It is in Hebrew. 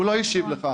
הוא לא השיב לך.